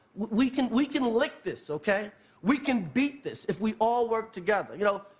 we can we can lick this okay we can beat this if we all work together you know,